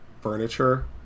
furniture